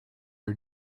are